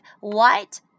white